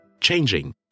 Changing